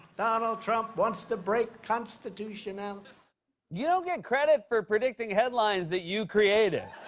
donald trump wants to break constitution. ah um you don't get credit for predicting headlines that you created.